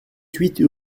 huit